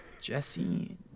Jesse